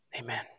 Amen